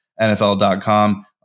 NFL.com